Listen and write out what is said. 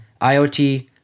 IoT